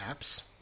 apps